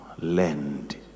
land